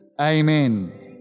Amen